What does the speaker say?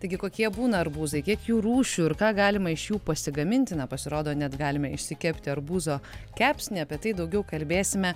taigi kokie būna arbūzai kiek jų rūšių ir ką galima iš jų pasigaminti na pasirodo net galime išsikepti arbūzo kepsnį apie tai daugiau kalbėsime